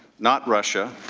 not russia,